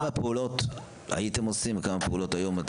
כמה פעולות אתם עושים היום?